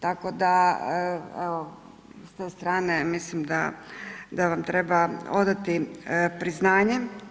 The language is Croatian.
Tako da evo s te strane mislim da vam treba odati priznanje.